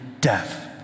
death